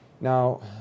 Now